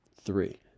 Three